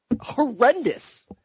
horrendous